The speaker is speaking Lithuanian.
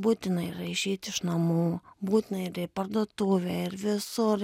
būtina yra išeiti iš namų būtina ir į parduotuvę ir visur